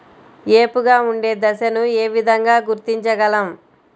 ఏపుగా ఉండే దశను ఏ విధంగా గుర్తించగలం?